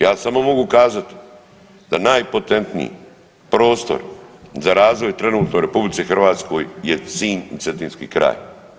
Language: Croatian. Ja samo mogu kazati da najpotentniji prostor za razvoj trenutno u RH je ... cetinski kraj.